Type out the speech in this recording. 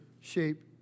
shape